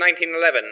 1911